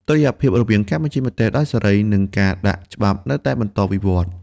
តុល្យភាពរវាងការបញ្ចេញមតិដោយសេរី និងការដាក់ច្បាប់នៅតែបន្តវិវឌ្ឍ។